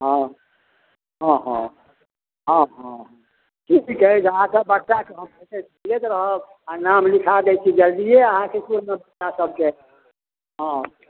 हँ हँ हँ हँ हँ हँ ठीक छै जे अहाँके बच्चाके रहत आ नाम लिखा दै छी जल्दिये अहाँके इसकुलमे बच्चा सबके हँ